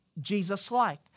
Jesus-like